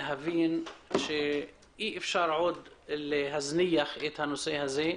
להבין שאי אפשר להזניח את הנושא הזה,